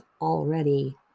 already